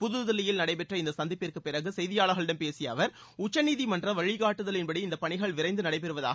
புதுதில்லியில் நடைபெற்ற இந்த சந்திப்பிற்கு பிறகு செய்தியாளர்களிடம் பேசிய அவர் உச்சநீதிமன்ற வழிகாட்டுதலின்படி இந்த பணிகள் விரைந்து நடைபெறுவதாக கூறினார்